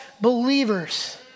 believers